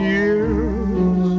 years